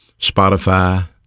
Spotify